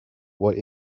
what